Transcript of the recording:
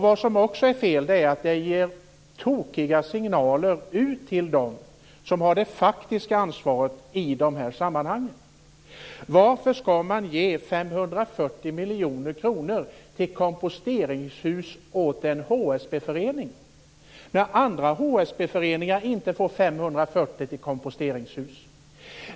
Vad som också är fel är att det ger tokiga signaler ut till dem som har det faktiska ansvaret i de här sammanhangen. Varför skall man ge 540 miljoner kronor till komposteringshus åt en HSB-förening, när andra HSB-föreningar inte får det?